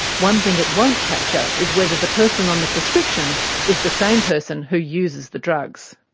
one thing it won't capture is whether the person on the prescription is the same person who uses the drugs.